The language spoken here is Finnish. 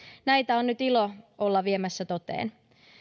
näitä on nyt ilo olla viemässä toteen